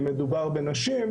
אם מדובר בנשים,